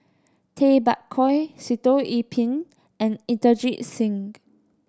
Tay Bak Koi Sitoh Yih Pin and Inderjit Singh